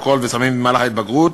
אלכוהול וסמים במהלך ההתבגרות